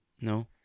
no